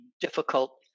difficult